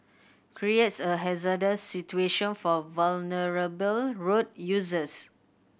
creates a hazardous situation for vulnerable road users